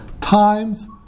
times